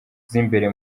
z’imbere